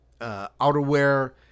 outerwear